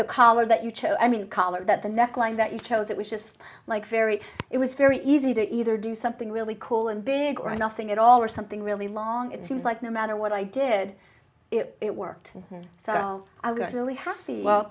the collar that you chose i mean color that the neckline that you chose it was just like very it was very easy to either do something really cool and big or nothing at all or something really long it seems like no matter what i did it worked so i